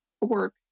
work